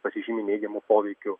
pasižymi neigiamu poveikiu